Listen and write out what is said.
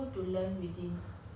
你现在每次去做都